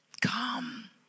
Come